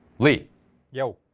lee you.